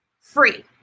free